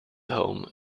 home